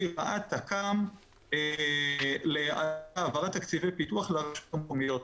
הוראת תק"ם להערת תקציבי פיתוח לרשויות המקומיות.